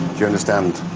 you understand?